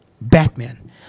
Batman